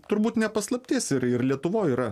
turbūt ne paslaptis ir ir lietuvoj yra